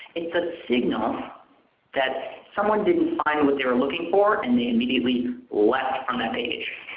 it's a signal that someone didn't find what they were looking for and they immediately left from that page.